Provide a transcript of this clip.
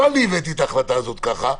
לא אני הבאתי את ההחלטה הזאת ככה,